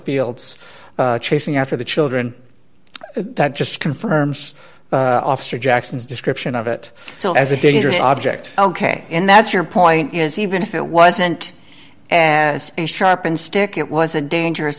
fields chasing after the children that just confirms officer jackson's description of it so as a dangerous object ok and that's your point is even if it wasn't as sharp and stick it was a dangerous